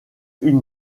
une